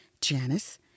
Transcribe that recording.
Janice